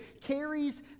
carries